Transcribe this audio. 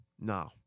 No